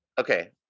Okay